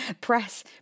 press